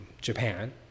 japan